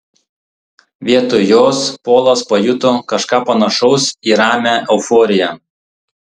vietoj jos polas pajuto kažką panašaus į ramią euforiją